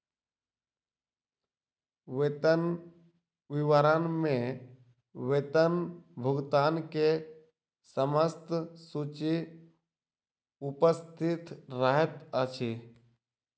वेतन विवरण में वेतन भुगतान के समस्त सूचि उपस्थित रहैत अछि